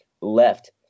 left